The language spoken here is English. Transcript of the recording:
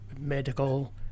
medical